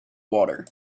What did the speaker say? water